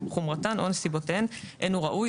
חומרתן או נסיבותיהן אין הוא ראוי,